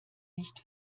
nicht